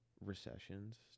recessions